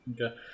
Okay